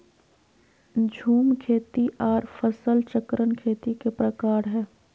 झूम खेती आर फसल चक्रण खेती के प्रकार हय